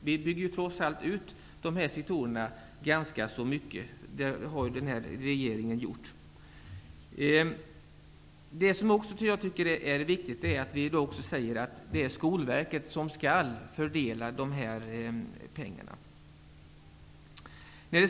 Vi bygger trots allt ut dessa sektorer ganska mycket. Det har den här regeringen gjort. Det är också viktigt att vi i dag säger att det är Skolverket som skall fördela dessa pengarna.